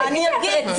אני אסביר.